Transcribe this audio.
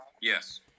Yes